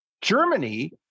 Germany